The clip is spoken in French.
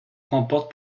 remporte